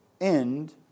end